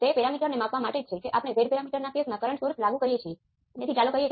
તેથી y એ 0 Gm Gm અને શૂન્ય હશે